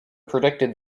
predicted